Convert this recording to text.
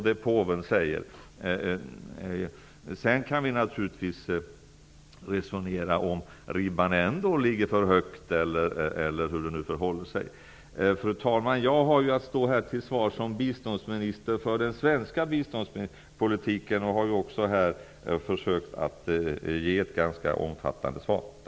Sedan kan man naturligtvis resonera om huruvida ribban ändå ligger för högt eller hur det förhåller sig. Fru talman! Jag har att stå till svars som biståndsminister för den svenska biståndspolitiken, och jag har här också försökt att ge ett ganska omfattande svar. Tack.